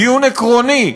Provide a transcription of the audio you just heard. דיון עקרוני,